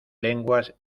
lenguas